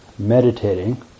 meditating